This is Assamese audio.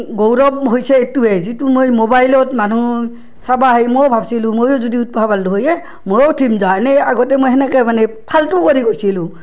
গৌৰৱ হৈছে এইটোৱে যিটো মই ম'বাইলত মানুহ চাবা আহে ময়ো ভাবছিলো ময়ো যদি উঠবা পাৰলো হৈ এই ময়ো উঠিম যা এনেই আগতে মই সেনেকে মানে ফাল্টু কৰি কৈছিলোঁ